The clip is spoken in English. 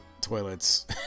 toilets